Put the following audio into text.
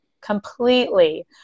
completely